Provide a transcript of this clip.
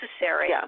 necessary